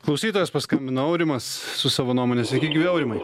klausytojas paskambino aurimas su savo nuomone sveiki gyvi aurimai